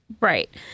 Right